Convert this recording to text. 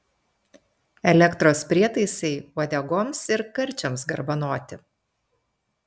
elektros prietaisai uodegoms ir karčiams garbanoti